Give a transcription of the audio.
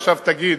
עכשיו תגיד,